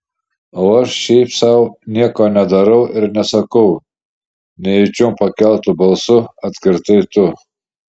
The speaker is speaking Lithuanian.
o aš šiaip sau nieko nedarau ir nesakau nejučiom pakeltu balsu atkirtai tu